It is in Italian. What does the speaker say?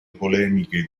polemiche